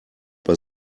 bei